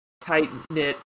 tight-knit